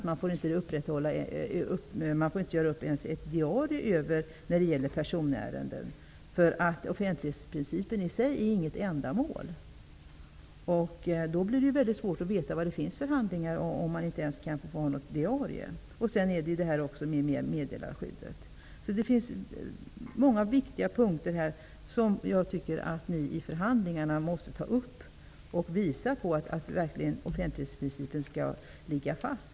Man får nämligen inte göra upp ens ett diarium över personärenden, för offentlighetsprincipen i sig är inget ändamål. Om man inte ens kan få ha ett diarium blir det väldigt svårt att veta vad det finns för handlingar. Sedan har vi meddelarskyddet. Det finns många viktiga punkter här som jag tycker att ni måste ta upp i förhandlingarna och visa på att offentlighetsprincipen verkligen skall ligga fast.